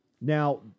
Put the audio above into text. Now